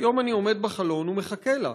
והיום אני עומד בחלון ומחכה לה: